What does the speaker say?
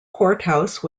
courthouse